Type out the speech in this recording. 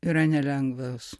yra nelengvas